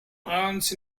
owns